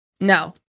No